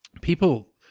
people